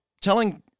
telling